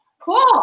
cool